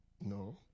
No